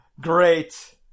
great